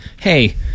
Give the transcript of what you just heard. hey